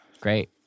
great